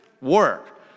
work